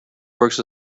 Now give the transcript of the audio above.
works